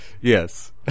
Yes